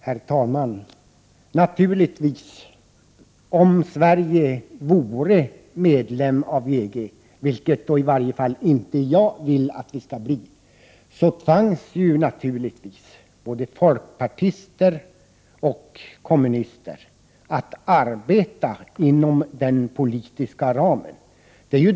Herr talman! Om Sverige vore medlem i EG, vilket i varje fall inte jag vill att vi skall bli, skulle naturligtvis både folkpartister och kommunister inom den politiska ramen arbeta med EG-frågorna.